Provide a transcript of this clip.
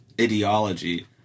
ideology